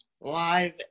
live